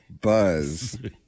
Buzz